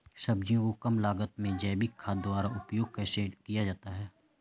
सब्जियों को कम लागत में जैविक खाद द्वारा उपयोग कैसे किया जाता है?